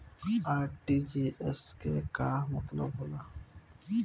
RTGS के का मतलब होला?